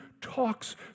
talks